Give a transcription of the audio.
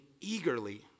eagerly